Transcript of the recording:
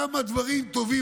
כמה דברים טובים,